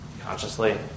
consciously